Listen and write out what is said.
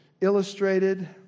illustrated